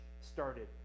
started